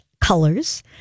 colors